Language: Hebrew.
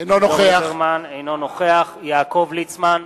אינו נוכח יעקב ליצמן,